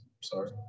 Sorry